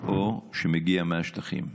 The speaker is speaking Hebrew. או שמגיע מהשטחים,